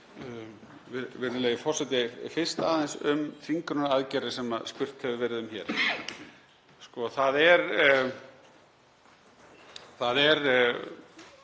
Það er